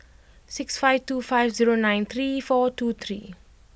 six five two five zero nine three four two three